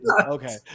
okay